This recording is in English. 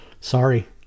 Sorry